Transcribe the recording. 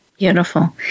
Beautiful